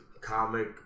comic